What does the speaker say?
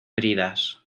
bridas